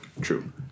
True